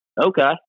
Okay